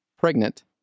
pregnant